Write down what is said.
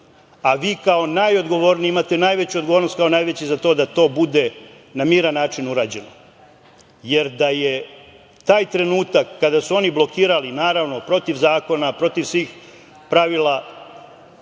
kao najodgovorniji imate najveću odgovornost da to bude na miran način urađeno. Jer, da je taj trenutak kada su oni blokirali, naravno protiv zakona, protiv svih pravila